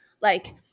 Like-